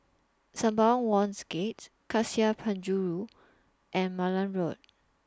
Sembawang Wharves Gate Cassia Penjuru and Malan Road